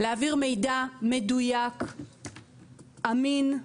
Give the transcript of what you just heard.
להעביר מידע מדויק, אמין,